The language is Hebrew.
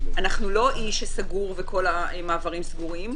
אנחנו לא אי שסגור וכל המעברים סגורים,